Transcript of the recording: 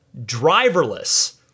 driverless